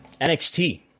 nxt